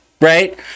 right